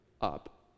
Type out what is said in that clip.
up